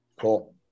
Cool